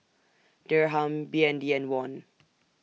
Dirham B N D and Won